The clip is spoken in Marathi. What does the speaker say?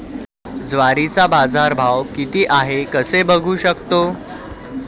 ज्वारीचा बाजारभाव किती आहे कसे बघू शकतो?